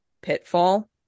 pitfall